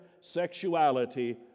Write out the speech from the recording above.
sexuality